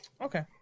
Okay